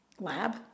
lab